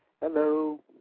Hello